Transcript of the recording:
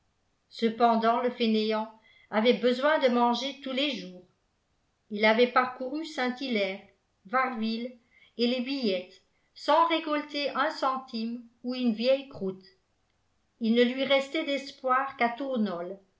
cependant le fainéant avait besoin de manger tous les jours ii avait parcouru saint-hilaire varville et les billettes sans récolter un centime ou une vieille croûte il ne lui restait d'espoir qu'à tournolles